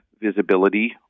visibility